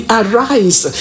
arise